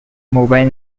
mobile